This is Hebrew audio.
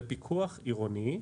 זה פיקוח עירוני.